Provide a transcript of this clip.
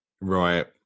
Right